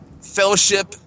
Fellowship